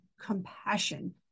compassion